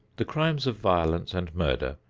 the crimes of violence and murder,